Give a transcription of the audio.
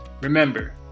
Remember